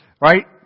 right